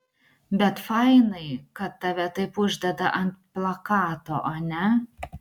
bet fainai kad tave taip uždeda ant plakato ane